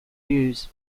views